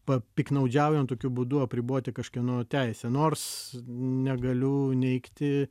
papiktnaudžiaujant tokiu būdu apriboti kažkieno teisę nors negaliu neigti